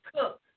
Cook